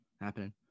Happening